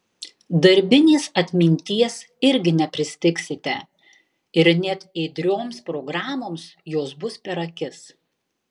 darbinės atminties irgi nepristigsite ir net ėdrioms programoms jos bus per akis